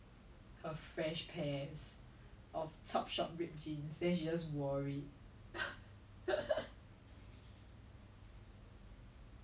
no is damn funny like I've been talking to my poly friends about him ever since like the marriage hoohah that we can talk about if we get the job